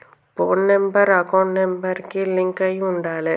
పోను number account number కి link అయ్యి ఉండాలే